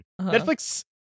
Netflix